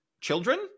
children